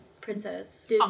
princess